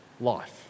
life